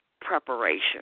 preparation